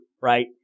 Right